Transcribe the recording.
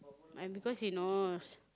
because he knows